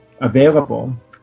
available